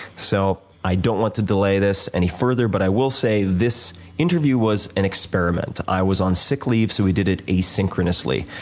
so i don't want to delay this any further. but i will say this interview was an experiment. i was on sick leave, so we did it asynchronously.